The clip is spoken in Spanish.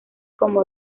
como